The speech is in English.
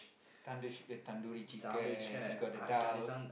tandoor~ eh Tandoori chicken you got the daal